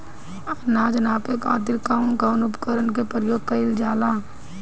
अनाज नापे खातीर कउन कउन उपकरण के प्रयोग कइल जाला?